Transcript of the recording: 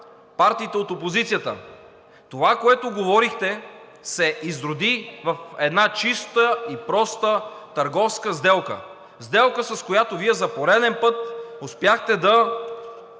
партиите от опозицията. Това, което говорехте, се изроди в една чисто и просто търговска сделка – сделка, с която Вие за пореден път успяхте да